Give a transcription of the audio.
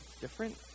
different